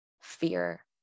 fear